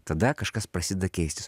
tada kažkas prasideda keisti